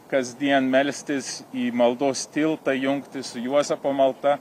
kasdien melstis į maldos tiltą jungtis su juozapo malda